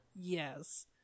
Yes